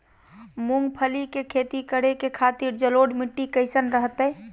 मूंगफली के खेती करें के खातिर जलोढ़ मिट्टी कईसन रहतय?